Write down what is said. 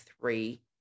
three